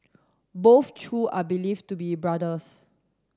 both Chew are believed to be brothers